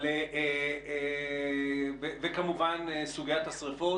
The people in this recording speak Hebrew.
-- אבל כמובן סוגיית השרפות.